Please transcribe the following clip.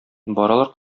баралар